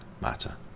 matter